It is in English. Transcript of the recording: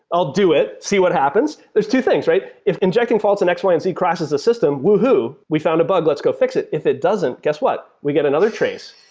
i'll do it. see what happens. there're two things, right? if injecting faults in x, y, and z crashes the system. woohoo! we found a bug. let's go fix it. if it doesn't, guess what? we get another trace,